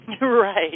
Right